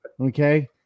okay